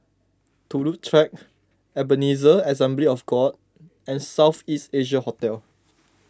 Turut Track Ebenezer Assembly of God and South East Asia Hotel